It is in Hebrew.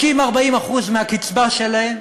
30%, 40% מהקצבה שלהם,